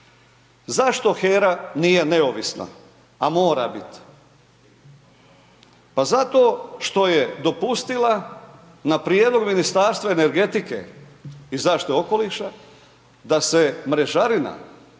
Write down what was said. Zašto HERA nije neovisna a mora biti? Zato što je dopustila na prijedlog Ministarstva energetike i zaštite okoliša, da se mrežarina,